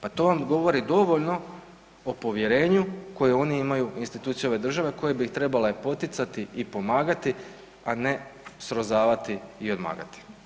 Pa to vam govori dovoljno o povjerenju koje oni imaju u institucije ove države, a koje bi trebale poticati i pomagati a ne srozavati i odmagati.